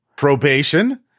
probation